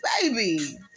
baby